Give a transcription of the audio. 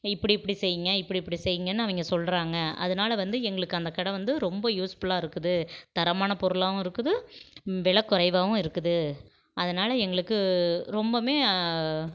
இப்படி இப்படி செய்யுங்க இப்படி இப்படி செய்யுங்கனு அவங்க சொல்கிறாங்க அதனால வந்து எங்களுக்கு அந்த கடை வந்து ரொம்ப யூஸ்ஃபுல்லாயிருக்குது தரமான பொருளாகவும் இருக்குது வெலை குறைவாவும் இருக்குது அதனாலே எங்களுக்கு ரொம்பவுமே